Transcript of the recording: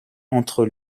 entre